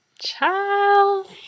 Ciao